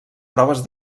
proves